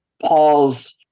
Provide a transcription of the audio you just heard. Paul's